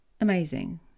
amazing